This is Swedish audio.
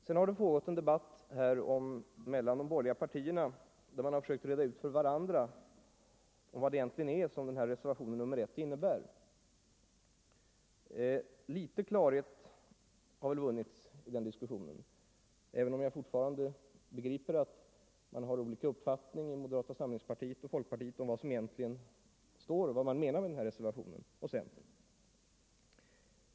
Sedan har här pågått en debatt mellan de borgerliga partierna, där de har försökt reda ut för varandra vad reservationen 1 egentligen innebär. Litet klarhet har väl vunnits i den diskussionen, även om jag begriper att man fortfarande har olika uppfattning i moderata samlingspartiet, folkpartiet och centern om vad man egentligen menar med denna reservation.